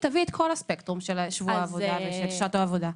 תביאי את כל הספקטרום של שבוע העבודה ושל שעות העבודה.